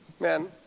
Man